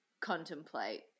contemplate